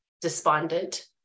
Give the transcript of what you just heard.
despondent